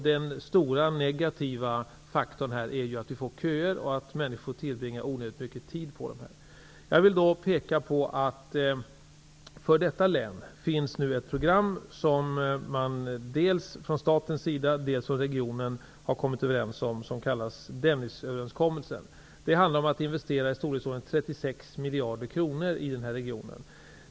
Den stora negativa faktorn i detta sammanhang är att det blir köer som gör att människor tillbringar onödigt mycket tid på vägarna. Jag vill peka på att det för detta län finns ett program som man dels från statens sida, dels från regionens sida har kommit överens om. Det kallas Dennisöverenskommelsen. Det handlar om att göra investeringar i den här regionen på i storleksordningen 36 miljarder kronor.